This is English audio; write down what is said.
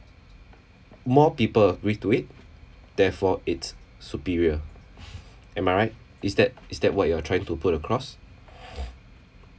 more people read to it therefore it's superior am I right is that is that what you are trying to put across